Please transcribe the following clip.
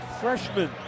freshman